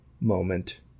moment